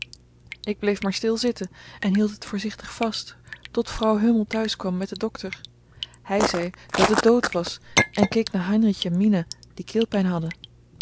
ik bleef maar stil zitten en hield het voorzichtig vast tot vrouw hummel thuis kwam met den dokter hij zei dat het dood was en keek naar heinrich en mina die keelpijn hadden